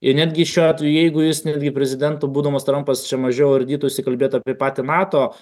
ir netgi šiuo atveju jeigu jis netgi prezidentu būdamas trampas čia mažiau ardytųsi kalbėtų apie patį nato